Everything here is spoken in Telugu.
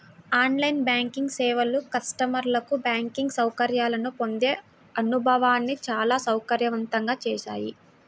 ఆన్ లైన్ బ్యాంకింగ్ సేవలు కస్టమర్లకు బ్యాంకింగ్ సౌకర్యాలను పొందే అనుభవాన్ని చాలా సౌకర్యవంతంగా చేశాయి